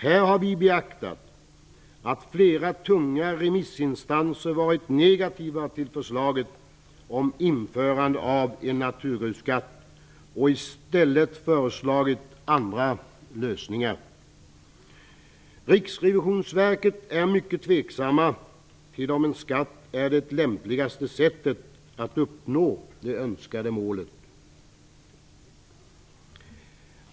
Här har vi beaktat att flera tunga remissinstanser varit negativa till förslaget om införande av en naturgrusskatt och i stället föreslagit andra lösningar. Riksrevisionsverket är mycket tveksamt till om en skatt är det lämpligaste sättet att uppnå det önskade målet.